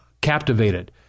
captivated